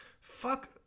fuck